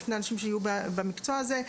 בפני האנשים שיהיו במקצוע הזה,